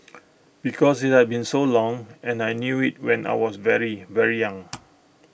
because IT had been so long and I knew IT when I was very very young